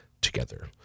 together